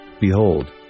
Behold